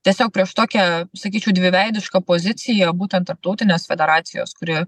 tiesiog prieš tokią sakyčiau dviveidišką poziciją būtent tarptautinės federacijos kuri